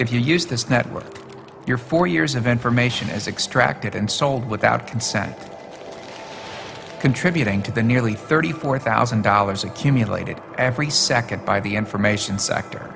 if you use this network your four years of information is extracted and sold without consent contributing to the nearly thirty four thousand dollars accumulated every second by the information sector